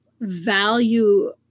value